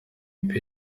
mipira